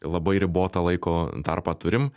labai ribotą laiko tarpą turim